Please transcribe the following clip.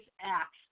acts